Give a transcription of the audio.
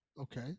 okay